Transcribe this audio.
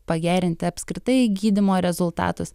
pagerinti apskritai gydymo rezultatus